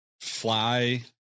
fly